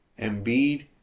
Embiid